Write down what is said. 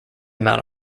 amount